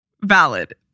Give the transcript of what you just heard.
Valid